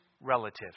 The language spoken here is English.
relative